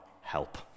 help